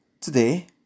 Today